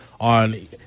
on